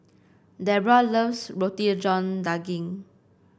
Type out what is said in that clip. Debora loves Roti John Daging